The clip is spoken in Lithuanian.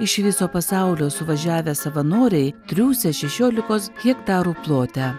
iš viso pasaulio suvažiavę savanoriai triūsia šešiolikos hektarų plote